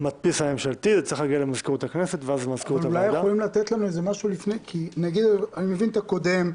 למדפיס למזכירות אני מבין את הקודם,